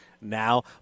now